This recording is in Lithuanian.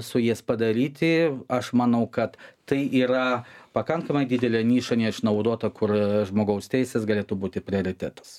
su jais padaryti aš manau kad tai yra pakankamai didelė niša neišnaudota kur žmogaus teisės galėtų būti prioritetas